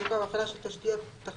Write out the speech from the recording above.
תחזוקה והפעלה של תשתיות תחבורתיות,